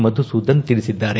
ಮಧುಸೂದನ್ ತಿಳಿಸಿದ್ದಾರೆ